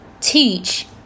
teach